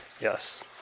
Yes